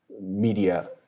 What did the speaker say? media